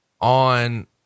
on